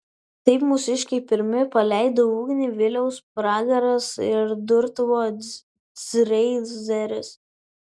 taip mūsiškiai pirmi paleido ugnį viliaus pragaras ir durtuvo dreizeris